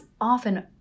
often